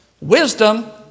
Wisdom